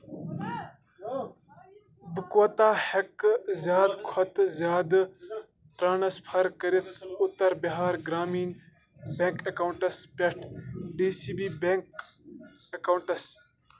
بہٕ کوٗتاہ ہٮ۪کہٕ زِیٛادٕ کھوتہٕ زِیٛادٕ ٹرانسفر کٔرِتھ اُتر بِہار گرٛامیٖن بیٚنٛک اکاونٹَس پٮ۪ٹھٕ ڈی سی بی بیٚنٛک اکاونٹَس